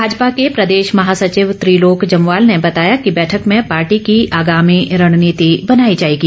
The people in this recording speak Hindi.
भाजपा के प्रदेश महासचिव त्रिलोक जम्वाल ने बताया कि बैठक में पार्टी की आगामी रणनीति बनाई जाएगी